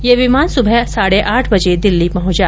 ये विमान सुबह साढ़े आठ बजे दिल्ली पहुंचा